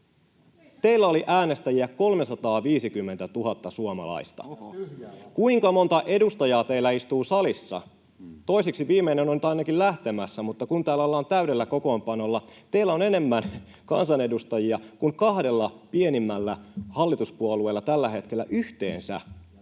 Mikko Polvinen: Tyhjää lappua!] Kuinka monta edustajaa teillä istuu salissa? Toiseksi viimeinen on nyt ainakin lähtemässä, mutta kun täällä ollaan täydellä kokoonpanolla, teillä on enemmän kansanedustajia kuin kahdella pienimmällä hallituspuolueella tällä hetkellä yhteensä.